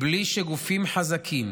בלי שגופים חזקים